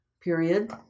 period